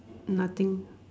nothing